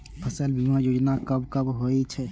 फसल बीमा योजना कब कब होय छै?